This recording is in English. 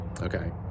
Okay